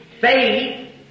faith